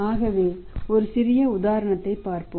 ஆகவே ஒரு சிறிய உதாரணத்தைப் பார்ப்போம்